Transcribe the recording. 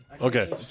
Okay